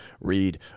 read